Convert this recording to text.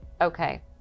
Okay